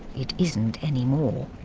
it isn't anymore.